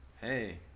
hey